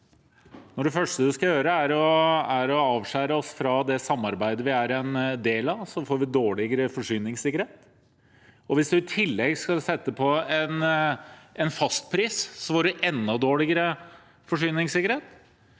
Når det første en skal gjøre, er å avskjære oss fra det samarbeidet vi er en del av, får vi dårligere forsyningssikkerhet, og hvis vi i tillegg skal sette en fastpris, får vi enda dårligere forsyningssikkerhet.